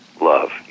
love